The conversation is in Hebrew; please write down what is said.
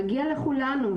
מגיע לכולנו,